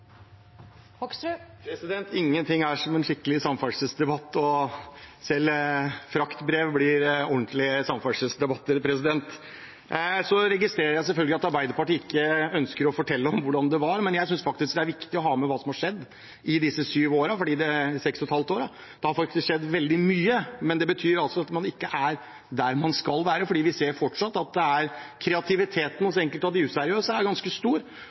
gode resultat. Ingenting er som en skikkelig samferdselsdebatt, og selv fraktbrev blir gjenstand for ordentlige samferdselsdebatter. Så registrerer jeg selvfølgelig at Arbeiderpartiet ikke ønsker å fortelle om hvordan det var, men jeg synes faktisk det er viktig å ha med seg hva som har skjedd i disse seks og et halvt årene, for det har skjedd veldig mye. Men det betyr ikke at man er der man skal være, for vi ser fortsatt at kreativiteten hos enkelte av de useriøse er ganske stor.